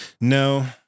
No